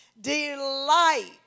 Delight